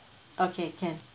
okay can